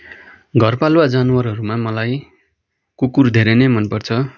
घरपालुवा जनावरहरूमा मलाई कुकुर धेरै नै मनपर्छ